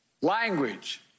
Language